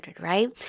right